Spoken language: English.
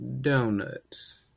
Donuts